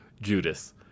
Judas